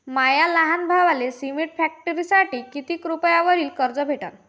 माया लहान भावाले सिमेंट फॅक्टरीसाठी कितीक रुपयावरी कर्ज भेटनं?